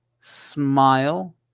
smile